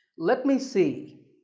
let me see.